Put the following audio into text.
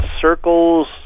circles